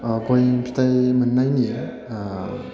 गय फिथाइ मोननायनि